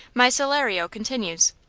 my salario continues.